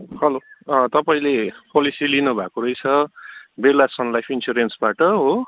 hello तपाईँले policy लिनुभएको रहेछ बिरला सनलाइफ इन्सुरेन्सबाट हो